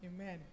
Amen